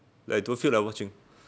like you don't feel like watching